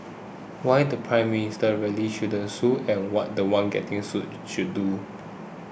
why the Prime Minister really shouldn't sue and what the one getting sued should do